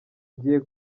ngiye